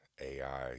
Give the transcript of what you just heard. AI